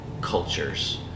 cultures